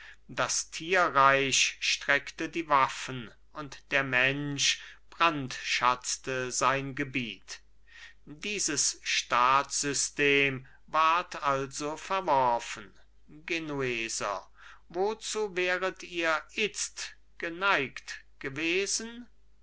das tierreich streckte die waffen und der mensch brandschatzte sein gebiet dieses staatssystem ward also verworfen genueser wozu wäret ihr itzt geneigt gewesen